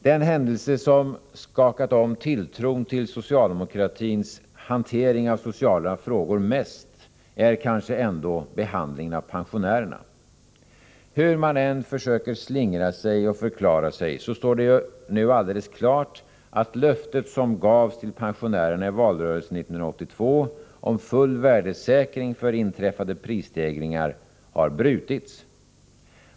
Den händelse som skakat om tilltron till socialdemokratins hantering av sociala frågor mest är kanske ändå behandlingen av pensionärerna. Hur man än försöker slingra sig och förklara sig, står det nu alldeles klart att löftet som gavs till pensionärerna i valrörelsen 1982 om full värdesäkring för inträffade prisstegringar har brutits.